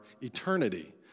eternity